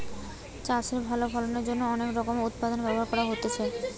চাষে ভালো ফলনের জন্য অনেক রকমের উৎপাদনের ব্যবস্থা করতে হইন